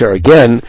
again